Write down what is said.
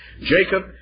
Jacob